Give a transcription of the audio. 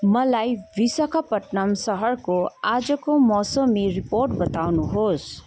मलाई विशाखापट्ट्नम् सहरको आजको मौसमी रिपोर्ट बताउनुहोस्